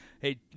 Hey